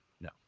no